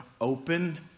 open